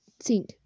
sink